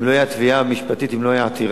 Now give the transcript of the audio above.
אם לא היתה התביעה המשפטית, אם לא היתה העתירה,